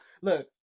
look